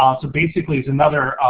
um so basically, it's another